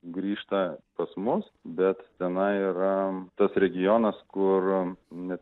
grįžta pas mus bet tenai yra tas regionas kur net